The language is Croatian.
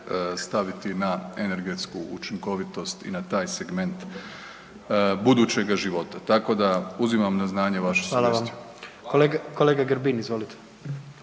staviti na energetsku učinkovitost i na taj segment budućega života, tako da uzimam na znanje vašu sugestiju. **Jandroković, Gordan (HDZ)**